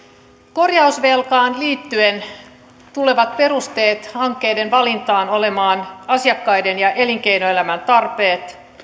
korjausvelkaan liittyen perusteet hankkeiden valintaan tulevat olemaan asiakkaiden ja elinkeinoelämän tarpeet